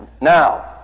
Now